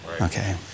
okay